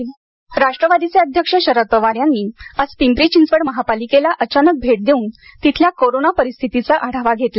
शरद पवार राष्ट्रवादीचे अध्यक्ष शरद पवार यांनी आज पिंपरी चिंचवड महापालिकेला अचानक भेट देऊन तिथल्या कोरोना परिस्थितीचा आढावा घेतला